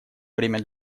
время